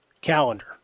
calendar